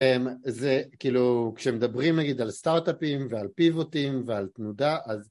זה כאילו כשמדברים נגיד על סטארט-אפים ועל פיווטים ועל תנודה אז